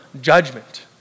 judgment